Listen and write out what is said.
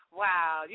wow